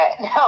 no